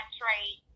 trade